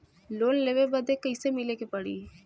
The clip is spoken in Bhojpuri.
लोन लेवे बदी कैसे मिले के पड़ी?